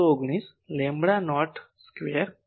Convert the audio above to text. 119 lambda naught square છે